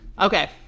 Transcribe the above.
Okay